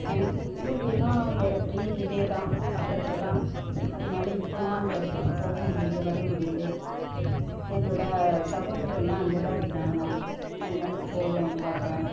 எனக்குப் பூர்வீகம் ஏறக்குறைய இதேதான் பக்கத்தில்தான் அதனால இப்பவுமும் அந்த இடத்துக்குப் போக முடியுது வர முடியுது என்னோட சகோதரரெலாம் அங்கேதான் இருக்கிறாங்க அதனால போவேன் பார்ப்பேன்